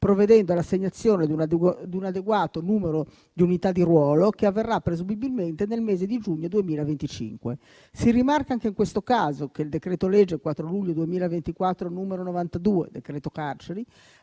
provvedendo all'assegnazione di un adeguato numero di unità di ruolo, che avverrà presumibilmente nel mese di giugno 2025. Si rimarca anche in questo caso che il decreto-legge 4 luglio 2024, n. 92 (decreto carceri)